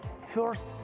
first